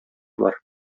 бар